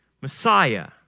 Messiah